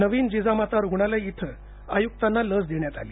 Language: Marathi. नवीन जिजामाता रुग्णालय इथं आयुक्तांना लस देण्यात आली